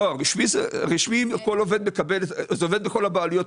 זה עובד כך בכל הבעלויות.